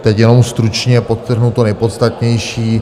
Teď jenom stručně podtrhnu to nejpodstatnější.